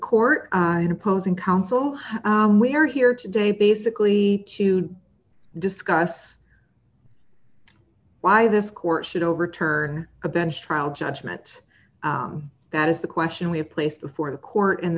court opposing counsel we are here today basically to discuss why this court should overturn a bench trial judgment that is the question we have placed before the court and